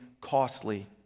costly